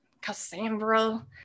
Cassandra